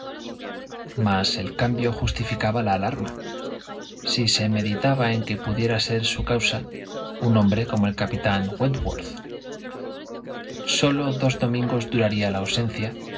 mas el cambio justificaba j la alarma si se meditaba en que pudiera ser su causa un hombre como el capitán wentworth sólo dos domingos durara la ausencia